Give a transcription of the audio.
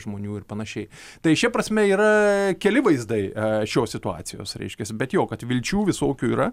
žmonių ir panšiai tai šia prasme yra keli vaizdai šios situacijos reiškiasi bet jo kad vilčių visokių yra